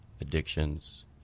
addictions